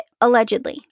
allegedly